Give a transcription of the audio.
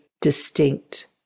distinct